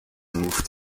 move